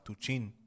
Tuchin